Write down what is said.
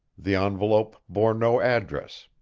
the envelope bore no address.